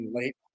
late